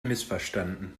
missverstanden